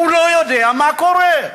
הוא לא יודע מה קורה.